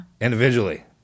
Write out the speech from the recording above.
Individually